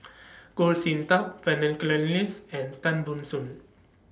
Goh Sin Tub Vernon Cornelius and Tan Ban Soon